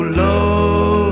low